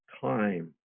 time